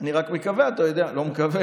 אני רק מקווה, אתה יודע, לא מקווה,